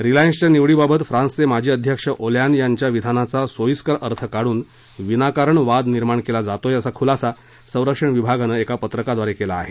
रिलायन्सच्या निवडीबाबत फ्रान्सचे माजी अध्यक्ष ओलँद यांच्या विधानाचा सोईस्कर अर्थ काढून विनाकारण वाद निर्माण केला जातोय असा खुलासा संरक्षण विभागानं एका पत्रकाद्वारे केला आहे